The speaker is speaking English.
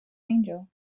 angel